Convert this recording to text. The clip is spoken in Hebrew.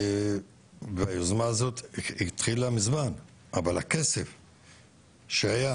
והיוזמה הזו התחילה ממזמן, אבל הכסף שהיה,